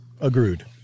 agreed